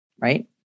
Right